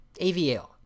AVL